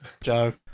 Joe